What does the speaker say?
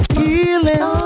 healing